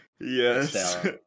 Yes